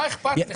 מה אכפת לך?